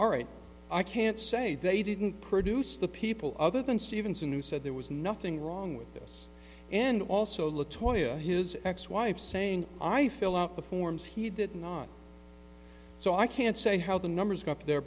all right i can't say they didn't produce the people other than stevenson who said there was nothing wrong with this and also look toya his ex wife saying i fill out the forms he did not so i can't say how the numbers got there